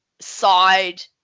side